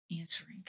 answering